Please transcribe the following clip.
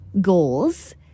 goals